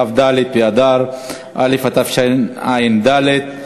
כ"ד באדר א' התשע"ד,